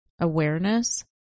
awareness